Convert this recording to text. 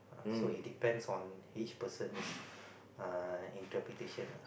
so it depends on each persons is err interpretation lah